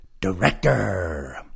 director